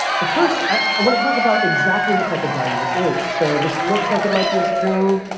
but first, i want to talk about exactly what type of value this is. so this looks like it might be a string.